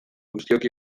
guztiok